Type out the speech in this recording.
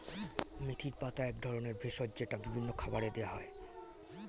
মেথির পাতা এক ধরনের ভেষজ যেটা বিভিন্ন খাবারে দেওয়া হয়